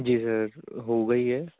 جی sir ہو گئی ہے